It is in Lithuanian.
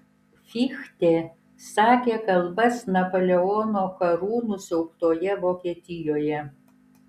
fichtė sakė kalbas napoleono karų nusiaubtoje vokietijoje